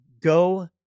go